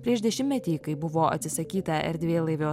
prieš dešimtmetį kai buvo atsisakyta erdvėlaivio